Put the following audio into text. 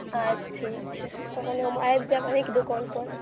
अच्छा ठीक छै तहन हम आबि जायब अहींँके दोकानपर